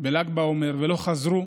בל"ג בעומר ולא חזרו,